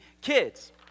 kids